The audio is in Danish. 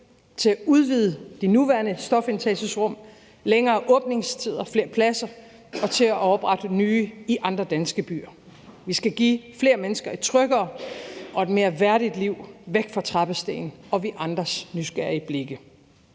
til at udvide de nuværende stofindtagelsesrum, til længere åbningstider og flere pladser og til at oprette nye i andre danske byer. Vi skal give flere mennesker et tryggere og et mere værdigt liv væk fra trappesten og vores andres nysgerrige blikke.